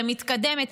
למתקדמת.